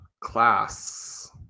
class